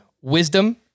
Wisdom